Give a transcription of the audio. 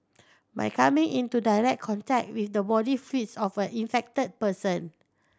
by coming into direct contact with the body fluids of an infected person